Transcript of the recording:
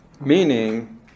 meaning